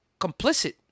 complicit